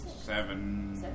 Seven